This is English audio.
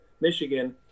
Michigan